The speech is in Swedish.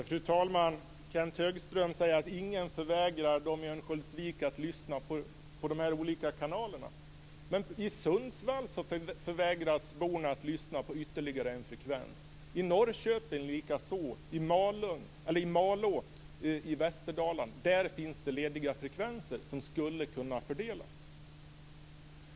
Fru talman! Kenth Högström säger att ingen förvägrar människorna i Örnsköldsvik att lyssna på de olika kanalerna. Men i Sundsvall förvägras invånarna att lyssna på ytterligare en frekvens, och i Norrköping likaså. I Malå i Västerdalen finns det lediga frekvenser som skulle kunna fördelas.